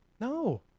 No